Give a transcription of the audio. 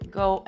go